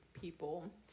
people